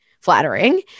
flattering